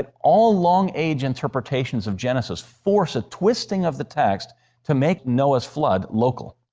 and all long-age interpretations of genesis force a twisting of the text to make noah's flood local.